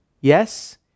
Yes